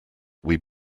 we’d